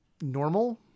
normal